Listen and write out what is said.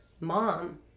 mom